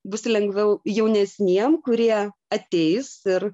bus lengviau jaunesniem kurie ateis ir